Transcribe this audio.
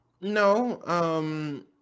No